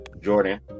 Jordan